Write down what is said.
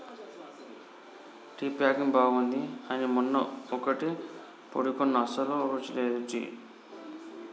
tea packing బాగుంది అని మొన్న ఒక టీ పొడి కొన్న అస్సలు రుచి లేదు టీ